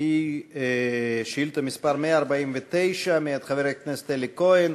היא שאילתה מס' 149 מאת חבר הכנסת אלי כהן.